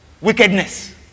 wickedness